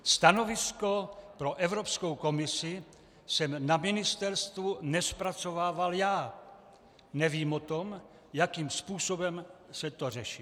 Stanovisko pro Evropskou komisi jsem na ministerstvu nezpracovával já, nevím o tom, jakým způsobem se to řešilo.